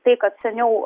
tai kad seniau